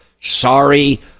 Sorry